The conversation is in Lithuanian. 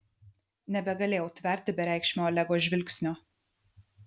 nebegalėjau tverti bereikšmio olego žvilgsnio